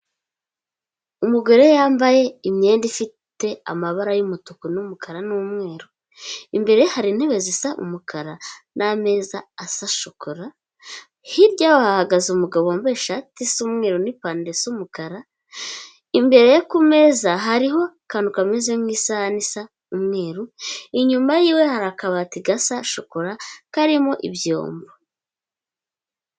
Umugore yambaye imyenda ifite amabara y'umutuku n'umukara n'umweru, imbere hari intebe zisa umukara n'ameza asa shokora, hirya hahagaze umugabo wambaye ishati isa umweru n'ipantaro isa umukara, imbere ye kumeza hariho akantu kameze nk'isahani isa umweru, inyuma y'iwe hari akabati gasa shokora karimo ibyombo.